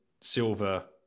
silver